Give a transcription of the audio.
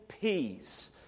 peace